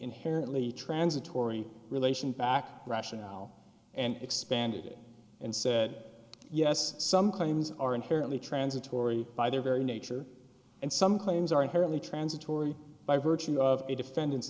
inherently transitory relation back rationale and expanded it and said yes some claims are inherently transitory by their very nature and some claims are inherently transitory by virtue of a defend